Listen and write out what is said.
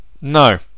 No